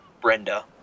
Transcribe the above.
Brenda